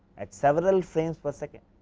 at several frames for second